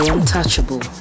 Untouchable